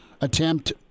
attempt